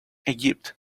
egypt